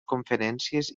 conferències